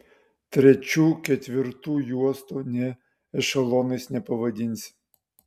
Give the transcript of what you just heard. trečių ketvirtų juostų nė ešelonais nepavadinsi